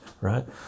right